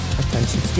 attention